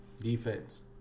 defense